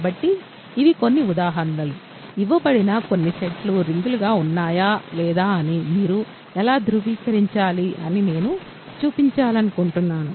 కాబట్టి ఇవి కొన్ని ఉదాహరణలు ఇవ్వబడిన కొన్ని సెట్లు రింగ్లు గా ఉన్నాయా లేదా అని మీరు ఎలా ధృవీకరించాలి అని నేను చూపించాలనుకుంటున్నాను